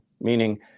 meaning